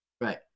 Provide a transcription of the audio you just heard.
Right